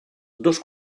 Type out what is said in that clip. dos